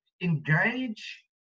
engage